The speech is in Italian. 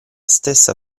stessa